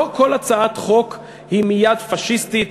לא כל הצעת חוק היא מייד פאשיסטית,